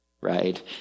Right